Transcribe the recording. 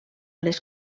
les